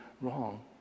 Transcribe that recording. wrong